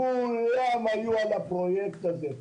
כולם היו על הפרויקט הזה.